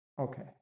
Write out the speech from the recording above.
Okay